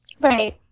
Right